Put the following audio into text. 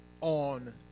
on